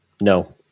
No